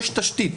יש תשתית,